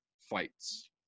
fights